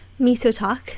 Misotalk